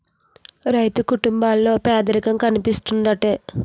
రైతు కుటుంబాల్లో పేదరికం కనిపిస్తా ఉంటది